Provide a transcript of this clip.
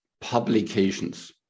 publications